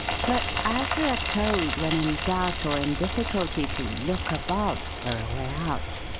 but as we are told when in doubt or in difficulty to look above for a way out,